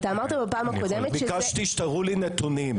ביקשתי שתראו לי נתונים.